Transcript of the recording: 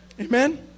Amen